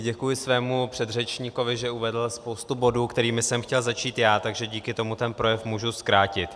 Děkuji svému předřečníkovi, že uvedl spoustu bodů, kterými jsem chtěl začít já, takže díky tomu ten projev můžu zkrátit.